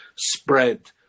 spread